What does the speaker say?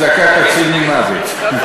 צדקה תציל ממוות.